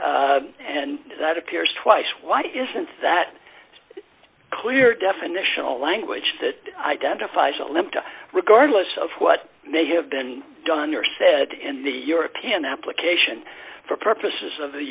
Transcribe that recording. olenka and that appears twice why isn't that clear definition a language that identifies a limp regardless of what may have been done or said in the european application for purposes of the